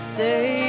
Stay